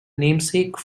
namesake